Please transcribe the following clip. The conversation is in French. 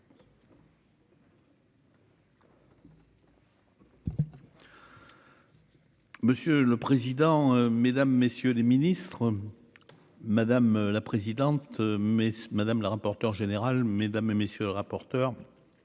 Monsieur le président, Mesdames, messieurs les ministres, madame la présidente, mais madame la rapporteure générale, mesdames et messieurs, rapporteur